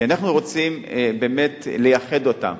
אנחנו רוצים באמת לייחד אותם.